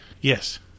Yes